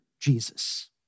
Jesus